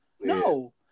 No